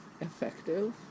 effective